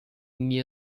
nie